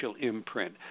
imprint